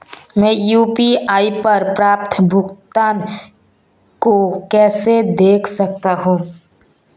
मैं यू.पी.आई पर प्राप्त भुगतान को कैसे देख सकता हूं?